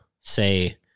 say